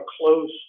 close